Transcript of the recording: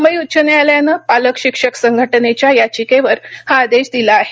मुंबई उच्च न्यायालयानं पालक शिक्षक संघटनेच्या याचिकेवर हा आदेश दिला आहे